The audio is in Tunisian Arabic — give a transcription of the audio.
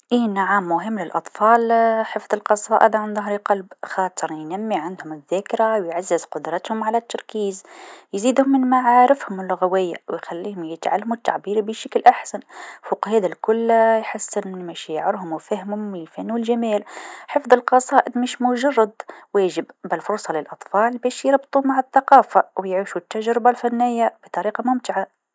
أيه نعم مهم للأطفال حفظ القصائد عن ظهر قلب خاطر ينمي عندهم الذاكره و يعزز قدرتهم على التركيز، يزيدهم من معارفهم اللغويه و يخليهم يتعلمو التعبير بشكل أحسن و فوق هذا الكل يحسن من مشاعرهم و فهمهم للفن و الجمال، حفظ القصائد مش مجرد واجب بل فرصه للأطفال باش يربطو مع الثقافة و يعيشو التجربه الفنيه بطريقه ممتعه.